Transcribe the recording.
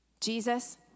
Jesus